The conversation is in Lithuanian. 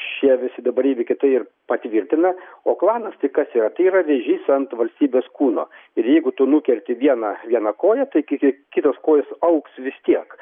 šie visi dabar įvykiai tai ir patvirtina o klanas tai kas yra tai yra vėžys ant valstybės kūno ir jeigu tu nukerti vieną vieną koją tai ki ki kitos kojos augs vis tiek